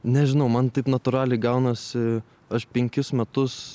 nežinau man taip natūraliai gaunasi aš penkis metus